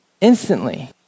Instantly